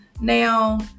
Now